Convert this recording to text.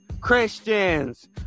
Christians